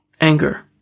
Anger